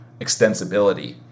extensibility